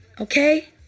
Okay